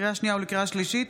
לקריאה שנייה ולקריאה שלישית: